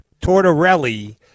Tortorelli